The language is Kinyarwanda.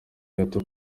gato